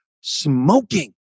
smoking